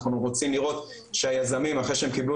אנחנו רוצים לראות שהיזמים אחרי שהם קיבלו